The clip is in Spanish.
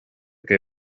que